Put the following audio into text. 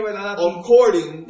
according